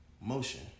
motion